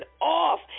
off